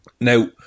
Now